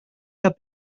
had